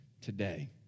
today